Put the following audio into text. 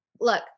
Look